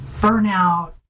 burnout